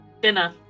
dinner